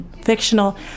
fictional